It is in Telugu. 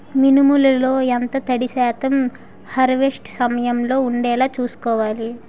మినుములు లో ఎంత తడి శాతం హార్వెస్ట్ సమయంలో వుండేలా చుస్కోవాలి?